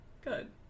good